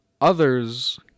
others